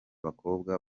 bakobwa